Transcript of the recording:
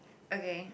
okay